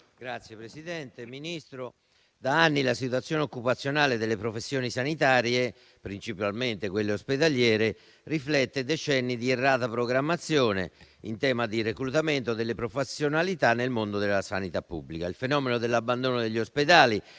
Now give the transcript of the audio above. - Premesso che: da anni la situazione occupazionale delle professioni sanitarie, principalmente ospedaliere, riflette decenni di errata programmazione, in tema di reclutamento delle professionalità nel mondo della salute pubblica; il fenomeno dell'abbandono degli ospedali